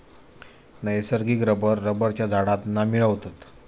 नैसर्गिक रबर रबरच्या झाडांतना मिळवतत